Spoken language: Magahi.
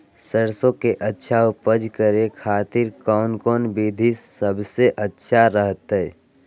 सरसों के अच्छा उपज करे खातिर कौन कौन विधि सबसे अच्छा रहतय?